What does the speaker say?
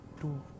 two